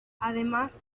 además